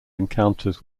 encounters